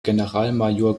generalmajor